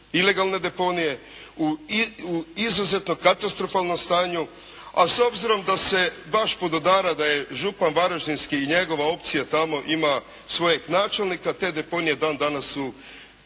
ilegalne deponije u izuzetno katastrofalnom stanju. A s obzirom da se baš podudara da je župan varaždinski i njegova opcija tamo ima svojeg načelnika, te deponije dan danas su